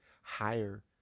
higher